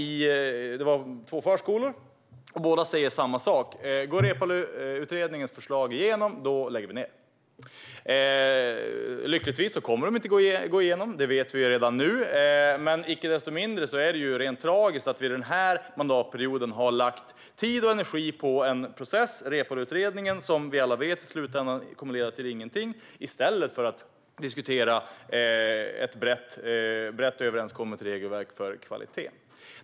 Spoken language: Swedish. Det var två förskolor. Båda säger samma sak: Går Reepaluutredningens förslag igenom lägger vi ned. Lyckligtvis kommer de inte att gå igenom. Det vet vi redan nu. Men icke desto mindre är det rent tragiskt att vi den här mandatperioden har lagt tid och energi på en process, Reepaluutredningen, som vi alla vet i slutändan kommer att leda till ingenting i stället för att diskutera ett brett överenskommet regelverk för kvalitet.